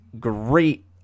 great